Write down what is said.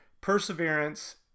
perseverance